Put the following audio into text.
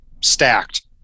stacked